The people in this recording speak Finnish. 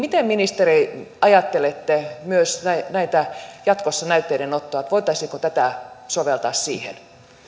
voidaan käyttää miten ministeri ajattelette myös jatkossa näytteiden ottoa voitaisiinko tätä soveltaa siihen